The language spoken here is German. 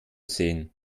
sehen